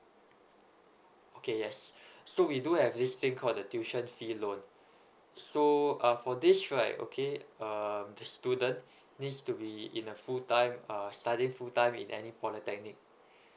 okay yes so we do have this thing called the tuition fee loan so uh for this right okay uh the student needs to be in a full time uh study full time in any polytechnic